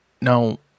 Now